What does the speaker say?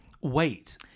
Wait